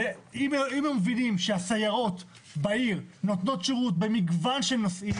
זה סדר ציבורי להעלות זקנה?